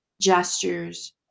gestures